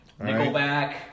Nickelback